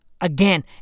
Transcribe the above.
Again